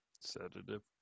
sedative